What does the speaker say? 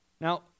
Now